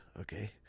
okay